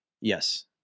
Yes